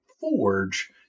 forge